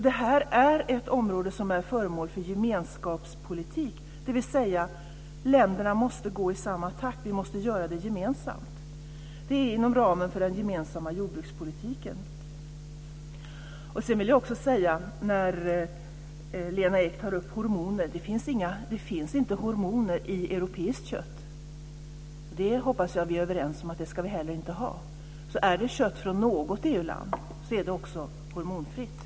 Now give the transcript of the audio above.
Detta är ett område som är föremål för gemenskapspolitik, dvs. länderna måste gå i samma takt, och vi måste göra det gemensamt. Det är inom ramen för den gemensamma jordbrukspolitiken. Lena Ek tar upp frågan om hormoner. Det finns inte hormoner i europeiskt kött. Det hoppas jag att vi är överens om att vi heller inte ska ha. Är det kött från något EU-land är det också hormonfritt.